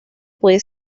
puede